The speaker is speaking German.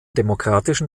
demokratischen